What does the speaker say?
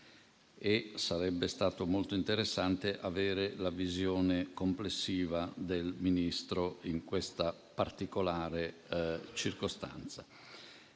Sarebbe stato quindi molto interessante avere la visione complessiva del Ministro in questa particolare circostanza.